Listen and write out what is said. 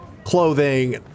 clothing